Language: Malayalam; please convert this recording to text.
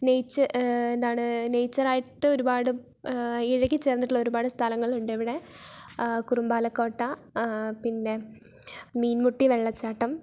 നേച്ച് എന്താണ് നേച്ചർ ആയിട്ട് ഒരുപാട് ഇഴുകിച്ചേർന്നിട്ടുള്ള ഒരുപാട് സ്ഥലങ്ങൾ ഉണ്ട് ഇവിടെ കുറുമ്പാല കോട്ട പിന്നെ മീൻമുട്ടി വെള്ളചാട്ടം